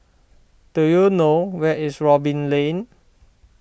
do you know where is Robin Lane